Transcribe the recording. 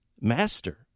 master